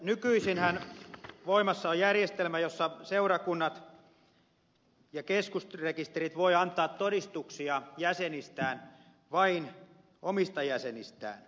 nykyisinhän voimassa on järjestelmä jossa seurakunnat ja keskusrekisterit voivat antaa todistuksia vain omista jäsenistään